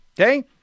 Okay